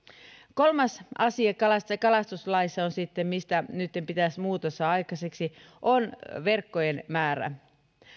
kolmas asia kalastuslaissa mihin nytten pitäisi muutos saada aikaiseksi on verkkojen määrä